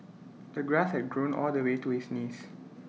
the grass had grown all the way to his knees